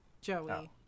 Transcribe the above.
Joey